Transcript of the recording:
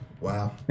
Wow